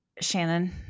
Shannon